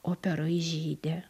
operoj žydė